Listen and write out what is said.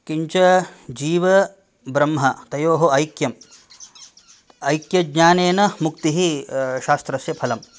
किञ्च जीव ब्रह्म तयोः ऐक्यम् ऐक्यज्ञानेन मुक्तिः शास्त्रस्य फलम्